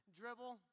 dribble